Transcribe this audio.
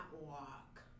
walk